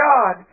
God